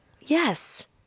yes